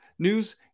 News